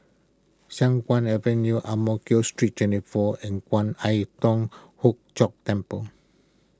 Siang Kuang Avenue Ang Mo Kio Street twenty four and Kwan Im Thong Hood Cho Temple